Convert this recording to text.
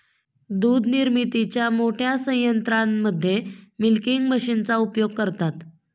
दूध निर्मितीच्या मोठ्या संयंत्रांमध्ये मिल्किंग मशीनचा उपयोग करतात